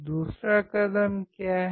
दूसरा कदम क्या है